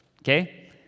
okay